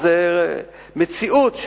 וזו מציאות,